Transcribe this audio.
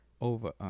over